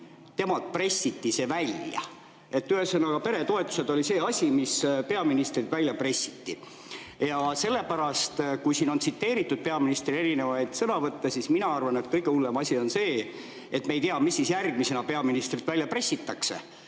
temalt pressiti see välja. Ühesõnaga, peretoetused oli see asi, mis peaministrilt välja pressiti. Ja sellepärast, kui siin on tsiteeritud peaministri erinevaid sõnavõtte, siis mina arvan, et kõige hullem asi on see, et me ei tea, mis järgmisena peaministrilt välja pressitakse.